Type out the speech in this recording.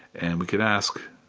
and we could ask,